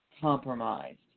compromised